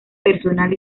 personal